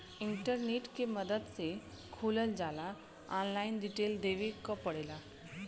internet के मदद से खोलल जाला ऑनलाइन डिटेल देवे क पड़ेला